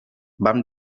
vam